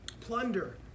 plunder